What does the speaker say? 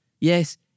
Yes